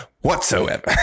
Whatsoever